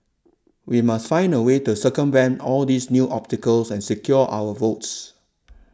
we must find a way to circumvent all these new obstacles and secure our votes